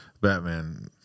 Batman